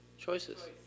choices